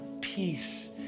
peace